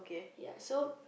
ya so